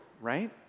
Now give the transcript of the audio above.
right